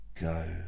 go